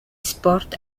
sport